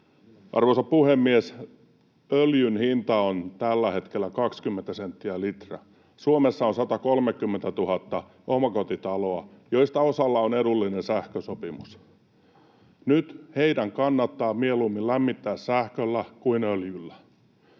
Arvoisa puhemies, öljyn hinta on tällä hetkellä 20 senttiä litra. Suomessa on 130 000 omakotitaloa, joista osalla on edullinen sähkösopimus. Nyt heidän kannattaa mieluummin lämmittää sähköllä kuin öljyllä.